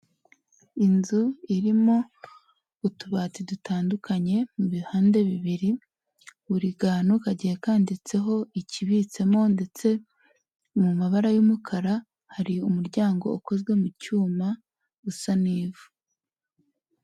Inzu irimo utubati dutandukanye mu bihande bibiri, buri kantu kagiye kanditseho ikibitsemo ndetse mu mabara y'umukara hari umuryango ukozwe mu cyuma usa n'ivu.